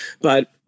But-